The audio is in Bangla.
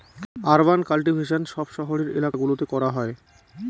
আরবান কাল্টিভেশন সব শহরের এলাকা গুলোতে করা হয়